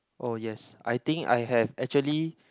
oh yes I think I have actually